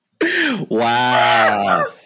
Wow